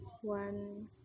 one